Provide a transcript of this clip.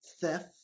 theft